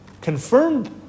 confirmed